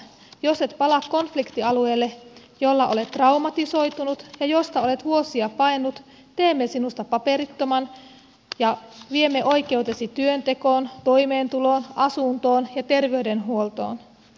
jos et palaa konfliktialueelle missä olet traumatisoitunut ja mistä olet vuosia paennut teemme sinusta paperittoman ja viemme oikeutesi työntekoon toimeentuloon asuntoon ja terveydenhuoltoon